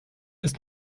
ist